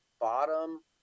bottom